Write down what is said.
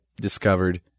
discovered